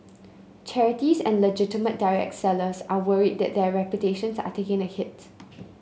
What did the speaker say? charities and legitimate direct sellers are worried that their reputations are taking a hit